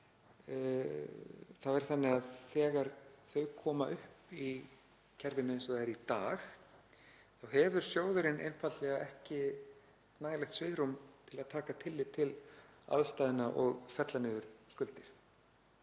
það er þannig að þegar þau koma upp í kerfinu eins og það er í dag þá hefur sjóðurinn einfaldlega ekki nægilegt svigrúm til að taka tillit til aðstæðna og fella niður skuldir.